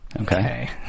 Okay